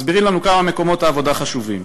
מסבירים לנו כמה מקומות העבודה חשובים.